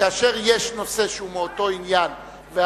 כאשר יש נושא שהוא מאותו עניין,